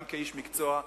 גם כאיש מקצוע,